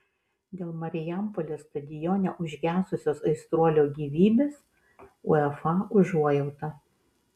dėl marijampolės stadione užgesusios aistruolio gyvybės uefa užuojauta